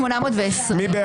22,801 עד 22,820. מי בעד?